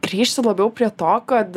grįžti labiau prie to kad